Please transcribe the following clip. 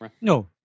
No